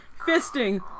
fisting